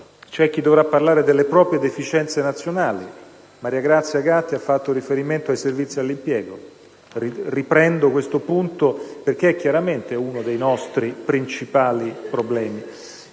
C'è chi dovrà parlare delle proprie deficienze nazionali. Maria Grazia Gatti ha fatto riferimento ai servizi all'impiego: riprendo questo punto perché è chiaramente uno dei nostri principali problemi,